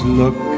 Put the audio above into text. look